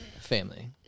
family